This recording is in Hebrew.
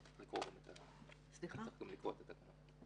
במשרד הביטחון במידה ויפנו ארגונים נוספים שיהיו זכאים לקבלת התעודה,